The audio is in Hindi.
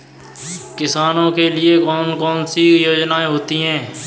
किसानों के लिए कौन कौन सी योजनायें होती हैं?